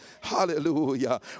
Hallelujah